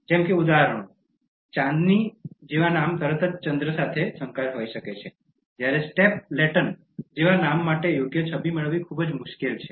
હવે ઉદાહરણો તરીકે ચાંદની જેવા નામ તરત જ ચંદ્ર સાથે સંકળાયેલ હોઈ શકે છે જ્યારે સ્ટેપલેટન જેવા નામ માટે યોગ્ય છબી મેળવવી ખૂબ જ મુશ્કેલ છે